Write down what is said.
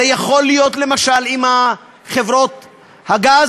זה יכול להיות למשל עם חברות הגז,